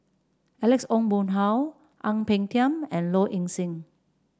Alex Ong Boon Hau Ang Peng Tiam and Low Ing Sing